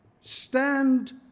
Stand